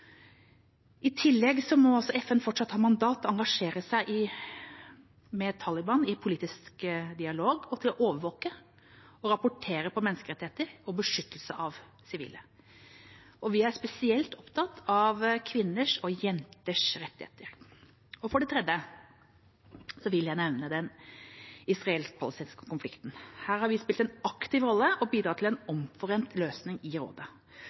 I tillegg må FN fortsatt ha mandat til å engasjere seg med Taliban i politisk dialog og til å overvåke og rapportere på menneskerettigheter og beskyttelse av sivile. Vi er spesielt opptatt av kvinners og jenters rettigheter. For det tredje vil jeg nevne den israelsk-palestinske konflikten. Her har vi spilt en aktiv rolle og bidratt til omforente løsninger i rådet.